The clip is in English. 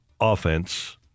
offense